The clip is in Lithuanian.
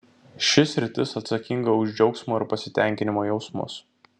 ši sritis atsakinga už džiaugsmo ir pasitenkinimo jausmus